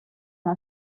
les